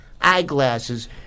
eyeglasses